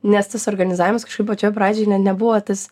nes tas organizavimas kažkaip pačioj pradžioj ne nebuvo tas